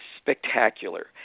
spectacular